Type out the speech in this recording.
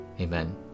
Amen